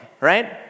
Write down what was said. right